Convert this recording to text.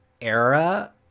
era